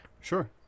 Sure